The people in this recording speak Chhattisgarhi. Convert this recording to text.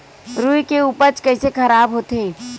रुई के उपज कइसे खराब होथे?